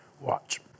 Watch